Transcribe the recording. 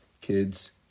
Kids